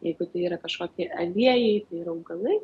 jeigu tai yra kažkokie aliejai ir augalai